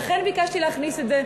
לכן ביקשתי להכניס את זה.